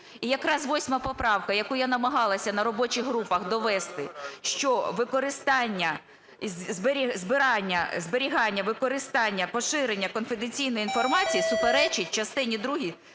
І якраз 8 поправка, яку я намагалася на робочих групах довести, що використання… збирання, зберігання, використання, поширення конфіденційної інформації суперечить частині другій